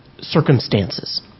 circumstances